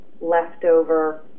leftover